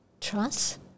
Trust